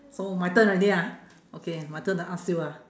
so my turn already ah okay my turn to ask you ah